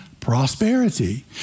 prosperity